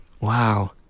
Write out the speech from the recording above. Wow